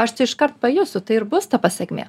aš tai iškart pajusiu tai ir bus ta pasekmė